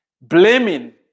Blaming